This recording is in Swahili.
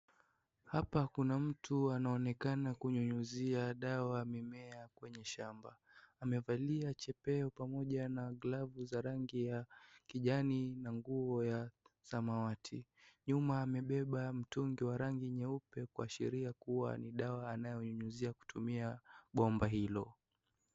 Hapa kuna mtu anaonekana kunyunyizia dawa mimea kwenye shamba amevalia chepeo pamoja na glavu za rangi ya kijani na nguo ya samawati nyuma amebeba mtungi wa rangi nyeupe kuashiria kuwa ni dawa anayonyunyizia kutumia bomba hilo.